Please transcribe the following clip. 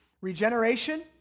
regeneration